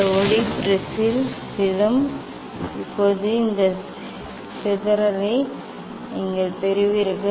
இந்த ஒளி ப்ரிஸில் விழும் இப்போது இந்த சிதறலை நீங்கள் பெறுவீர்கள்